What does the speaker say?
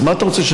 אז, מה אתה רוצה?